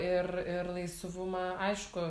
ir ir laisvumą aišku